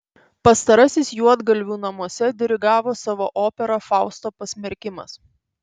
pastarasis juodgalvių namuose dirigavo savo operą fausto pasmerkimas